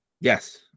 Yes